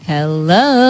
Hello